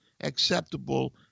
acceptable